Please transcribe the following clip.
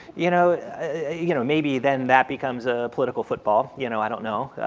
you know you know, maybe then that becomes a political football you know i don't know,